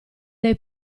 dai